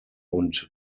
und